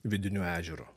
vidiniu ežeru